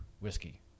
whiskey